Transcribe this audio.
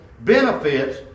benefits